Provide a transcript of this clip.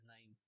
name